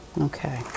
Okay